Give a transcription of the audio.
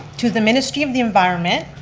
to the ministry of the environment,